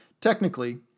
Technically